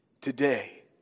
today